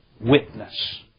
witness